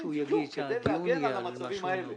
בדיוק כדי להגן על המצבים האלה.